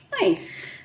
Nice